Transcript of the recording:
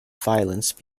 violence